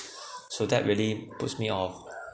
so that really puts me off